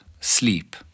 sleep